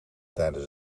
tijdens